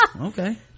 okay